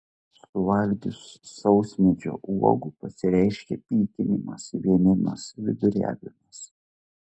suvalgius sausmedžio uogų pasireiškia pykinimas vėmimas viduriavimas